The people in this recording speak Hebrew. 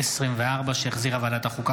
אושרה בקריאה טרומית ותעבור לדיון בוועדת החינוך,